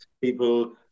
people